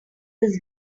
this